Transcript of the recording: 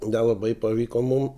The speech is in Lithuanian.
nelabai pavyko mum